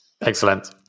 Excellent